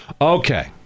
okay